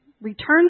return